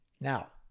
Now